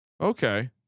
Okay